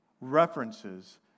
references